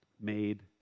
made